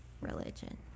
religion